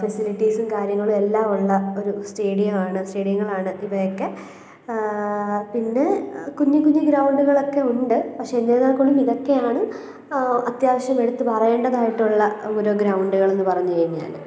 ഫെസിലിറ്റീസും കാര്യങ്ങളുമെല്ലാം ഉള്ള ഒരു സ്റ്റേഡിയമാണ് സ്റ്റേഡിയങ്ങളാണ് ഇവയൊക്കെ പിന്നെ കുഞ്ഞി കുഞ്ഞി ഗ്രൗണ്ടുകളൊക്കെ ഉണ്ട് പക്ഷെ എന്നിരുന്നാൽ കൂടി ഇതൊക്കെയാണ് അത്യാവശ്യം എടുത്തു പറയേണ്ടതായിട്ടുള്ള ഒരു ഗ്രൗണ്ടുകളെന്നു പറഞ്ഞു കഴിഞ്ഞാൽ